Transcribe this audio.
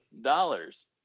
dollars